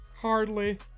Hardly